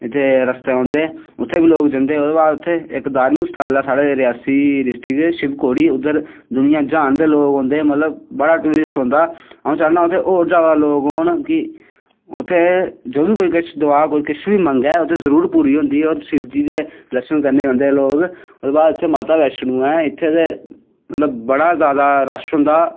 इत्थें रस्तै औंदे इत्थें बी लोग औंदे ओह्दै बाद उत्थें इत धार्मिक स्थल ऐ शिव खोड़ी रियासी डिस्टिक उत्थें दुनियां जहान ते लोग औंदे मतलव बड़ा टूरिस्ट औंदा अऊं चाह्न्ना उत्थें होर लोग औन कि उत्थें जो बी कोई कुश दुआ कुश बी मंगै जरूर पूरी होंदी और शिवजी दे दर्शन करनें गी औंदे न लोग ओह्दे बाद उत्थें माता बैष्णो ऐ इत्थें ते मतलव बड़ा जादा रश होंदा